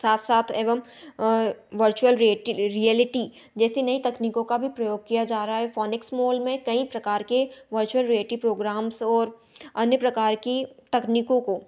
साथ साथ एवं वर्चुअल रियटी रियलिटी जैसे नई तकनीकों का भी प्रयोग किया जा रहा है फ़ौनिक्स मौल में कईं प्रकार के वर्चुअल रियटी प्रोग्राम्स और अन्य प्रकार की तकनीकों को